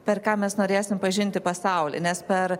per ką mes norėsim pažinti pasaulį nes per